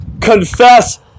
confess